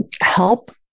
help